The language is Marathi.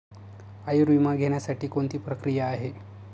आयुर्विमा घेण्यासाठी कोणती प्रक्रिया आहे?